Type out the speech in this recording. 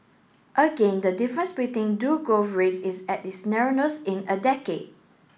again the difference between two growth rates is at its narrowest in a decade